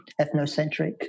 ethnocentric